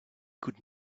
could